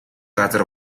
газар